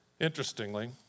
Interestingly